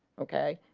okay.